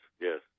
yes